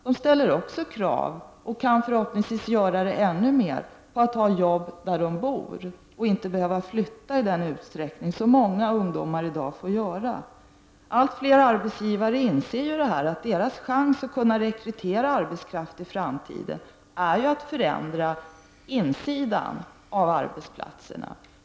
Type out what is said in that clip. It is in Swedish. De ställer också krav — och kan förhoppningsvis i framtiden göra det i ännu högre grad — på att få arbete där de bor och inte behöva flytta i den utsträckning som många ungdomar i dag tvingas till. Allt fler arbetsgivare inser också att deras chans att kunna rekrytera arbetskraft i framtiden är att förändra insidan av arbetsplatserna.